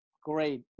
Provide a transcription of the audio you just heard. great